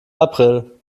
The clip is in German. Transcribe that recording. april